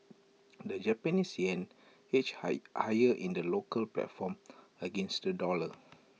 the Japanese Yen edged high higher in the local platform against the dollar